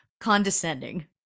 condescending